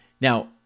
Now